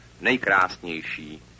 nejkrásnější